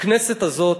בכנסת הזאת,